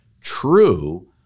true